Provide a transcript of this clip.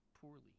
poorly